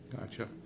Gotcha